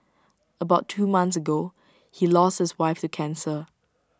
about two months ago he lost his wife to cancer